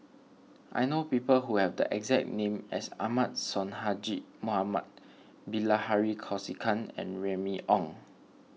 I know people who have the exact name as Ahmad Sonhadji Mohamad Bilahari Kausikan and Remy Ong